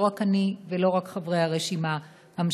לא רק אני ולא רק חברי הרשימה המשותפת.